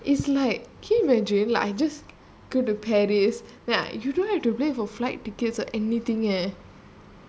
is like can you imagine like I just go to paris then I you don't have to pay for flight tickets or anything eh